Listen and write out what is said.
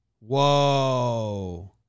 Whoa